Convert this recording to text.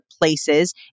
places